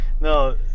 No